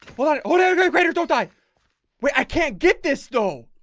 whatever graders don't die wait. i can't get this stone